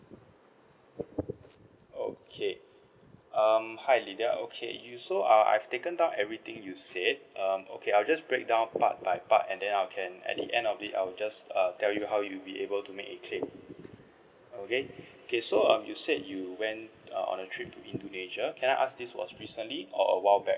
okay um hi lidiyah okay you so I've taken down everything you said um okay I'll just breakdown part by part and then I can at the end of this I'll just err tell you how you'll be able to make a claim okay okay so um you said you went err on a trip to indonesia can I ask this was recently or a while back